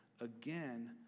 again